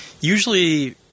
usually